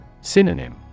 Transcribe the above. Synonym